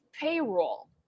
payroll